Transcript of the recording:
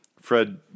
Fred